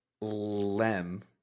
Lem